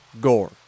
gore